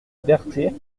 berthet